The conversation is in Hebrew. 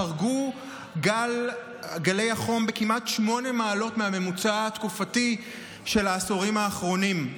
חרגו גלי החום בכמעט שמונה מעלות מהממוצע התקופתי של העשורים האחרונים.